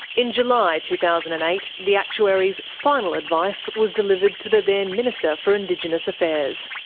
in july two thousand and eight, the actuaries' final advice was delivered to the then minister for indigenous affairs.